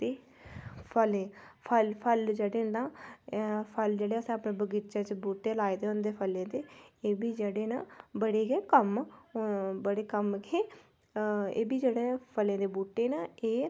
ते फलें फल फल जेह्ड़े ना फल जेह्ड़े अ'सें अपने बगीचे च बूह्टे लाए दे होंदे फलें दे एह् बी जेह्ड़े न बड़े गै कम्म बड़े कम्म खे एह् बी जेह्ड़े फलें दे बूह्टे न एह्